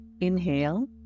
Inhale